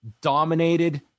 dominated